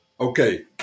Okay